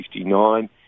1969